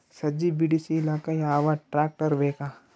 ಸಜ್ಜಿ ಬಿಡಿಸಿಲಕ ಯಾವ ಟ್ರಾಕ್ಟರ್ ಬೇಕ?